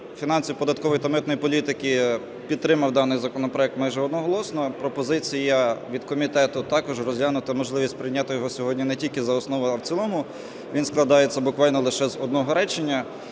фінансової, податкової та митної політики підтримав даний законопроект майже одноголосно. Пропозиція від комітету також розглянути можливість прийняти його сьогодні не тільки за основу, але і в цілому. Він складається буквально лише з одного речення.